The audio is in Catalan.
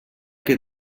que